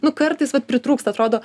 nu kartais vat pritrūksta atrodo